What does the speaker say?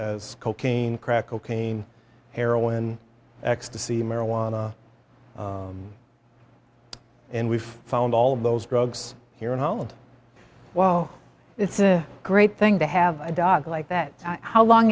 as cocaine crack cocaine heroin ecstasy marijuana and we've found all those drugs here in holland well it's a great thing to have a dog like that how long